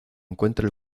encuentra